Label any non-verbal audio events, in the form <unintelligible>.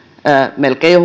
melkein jo <unintelligible>